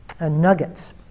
nuggets